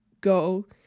go